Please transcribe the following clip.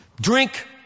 drink